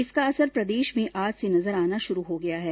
इसका असर प्रदेश में आज से नजर आना शुरू हो गया है